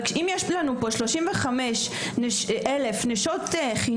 אבל אם יש לנו פה 35,000 נשות חינוך